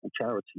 charity